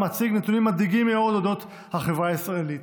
מציג נתונים מדאיגים מאוד על החברה הישראלית.